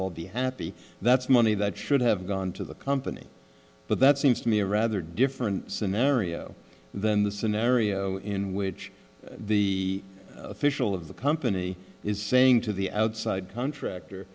all be happy that's money that should have gone to the company but that seems to me a rather different scenario than the scenario in which the official of the company is saying to the outside